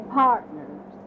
partners